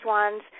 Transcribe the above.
ones